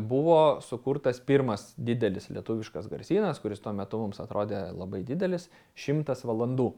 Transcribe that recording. buvo sukurtas pirmas didelis lietuviškas garsynas kuris tuo metu mums atrodė labai didelis šimtas valandų